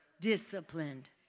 Disciplined